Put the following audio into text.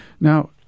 Now